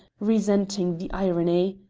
resenting the irony.